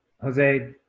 Jose